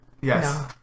Yes